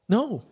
No